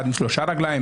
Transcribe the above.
אחד עם שלוש רגליים,